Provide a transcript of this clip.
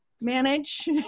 manage